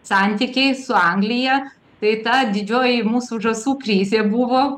santykiai su anglija tai ta didžioji mūsų žąsų krizė buvo